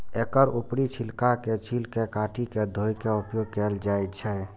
एकर ऊपरी छिलका के छील के काटि के धोय के उपयोग कैल जाए छै